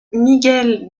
miguel